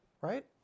Right